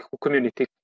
community